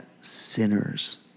sinners